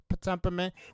temperament